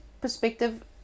perspective